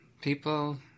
People